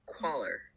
Qualler